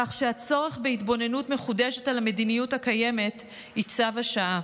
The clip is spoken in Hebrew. כך שהצורך בהתבוננות מחודשת על המדיניות הקיימת היא צו השעה.